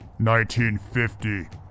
1950